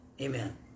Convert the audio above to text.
amen